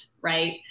right